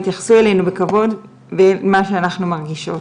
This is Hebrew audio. יתייחסו אלינו בכבוד במה שאנחנו מרגישות'.